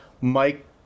Mike